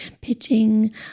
pitching